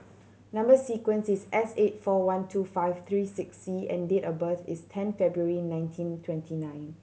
number sequence is S eight four one two five three six C and date of birth is ten February nineteen twenty nine